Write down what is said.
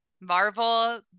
marvel